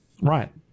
Right